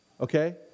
Okay